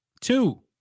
Two